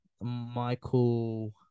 Michael